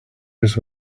just